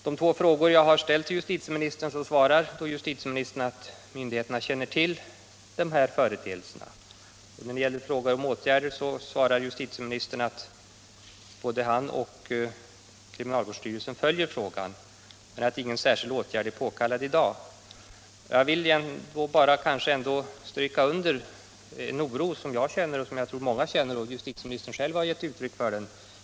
På den första av de två frågor jag har stäilt svarar justitieministern att myndigheterna känner till dessa företeelser. På frågan om eventuella åtgärder svarar justitieministern att både han och kriminalvårdsstyrelsen följer detta men att ingen särskild åtgärd är påkallad i dag. Jag vill nog ändå stryka under den oro som jag tror att många känner — justitieministern har själv givit uttryck för den.